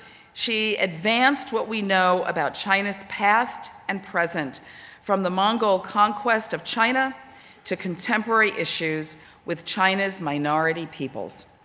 she advanced what we know about china's past and present from the mongol conquest of china to contemporary issues with china's minority peoples.